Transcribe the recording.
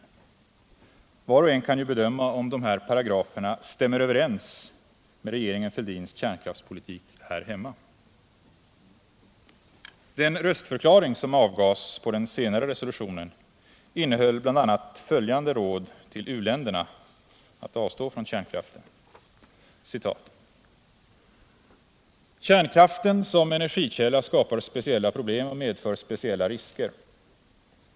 Var och en kan ju bedöma om dessa paragrafer stämmer överens med regeringen Fälldins kärnkraftspolitik här hemma. Den röstförklaring som avgavs på den senare resolutionen innehöll bl.a. följande råd till u-länderna att avstå från kärnkraften: ”Kärnkraft som energikälla skapar speciella problem och medför speciella risker.